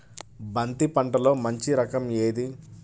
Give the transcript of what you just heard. బంతి పంటలో మంచి రకం ఏది?